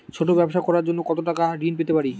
ছোট ব্যাবসা করার জন্য কতো টাকা ঋন পেতে পারি?